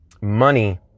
money